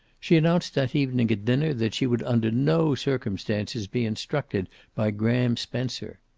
she announced that evening at dinner that she would under no circumstances be instructed by graham spencer.